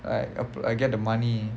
like appl~ get the money